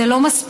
זה לא מספיק,